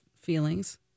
Feelings